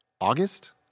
August